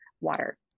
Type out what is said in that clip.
water